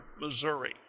Missouri